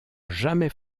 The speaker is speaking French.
jamais